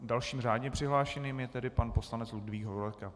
Dalším řádně přihlášeným je tedy pan poslanec Ludvík Hovorka.